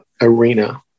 arena